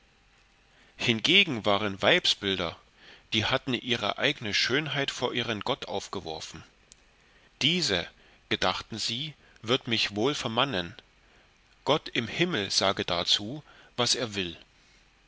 hingegen waren weibsbilder die hatten ihre eigne schönheit vor ihren gott aufgeworfen diese gedachten sie wird mich wohl vermannen gott im himmel sage darzu was er will